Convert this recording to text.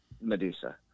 Medusa